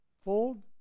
fold